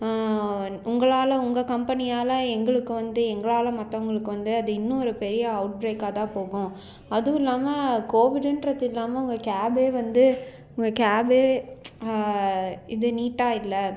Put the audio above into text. உங்களால் உங்கள் கம்பெனியால் எங்களுக்கு வந்து எங்களால் மற்றவங்களுக்கு வந்து அது இன்னும் ஒரு பெரிய அவுட்பிரேக்காக தான் போகும் அதுவில்லாம கோவிட்டுன்றது இல்லாமல் உங்கள் கேப்பே வந்து உங்கள் கேப்பே இது நீட்டாக இல்லை